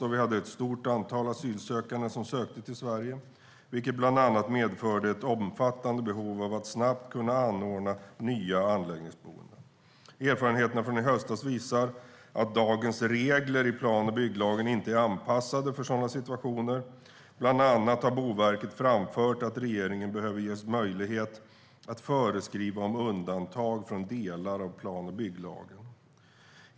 Då hade vi ett stort antal asylsökande som sökte sig till Sverige, vilket bland annat medförde ett omfattande behov av att snabbt kunna anordna nya anläggningsboenden. Erfarenheterna från i höstas visar att dagens regler i plan och bygglagen inte är anpassade för sådana situationer. Bland annat har Boverket framfört att regeringen behöver ges möjlighet att föreskriva om undantag från delar av plan och bygglagen.